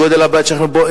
גודל הבית שאנחנו בו,